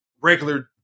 regular